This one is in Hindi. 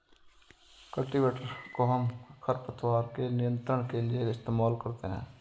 कल्टीवेटर कोहम खरपतवार के नियंत्रण के लिए इस्तेमाल करते हैं